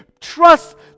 trust